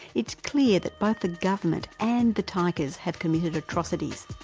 it's clear that both the government and the tigers have committed atrocities.